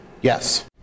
yes